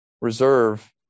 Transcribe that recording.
reserve